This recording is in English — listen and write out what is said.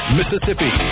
Mississippi